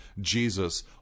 Jesus